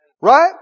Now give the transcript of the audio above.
right